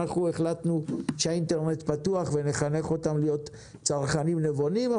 אנחנו החלטנו שהאינטרנט פתוח ונחנך אותם להיות צרכנים נבונים,